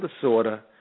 disorder